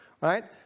right